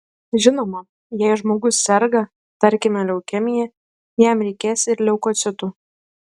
žinoma jei žmogus serga tarkime leukemija jam reikės ir leukocitų